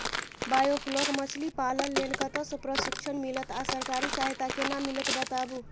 Biofloc मछलीपालन लेल कतय स प्रशिक्षण मिलत आ सरकारी सहायता केना मिलत बताबू?